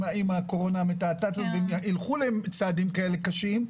אז אם ילכו על צעדים כאלה קשים,